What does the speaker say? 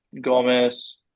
gomez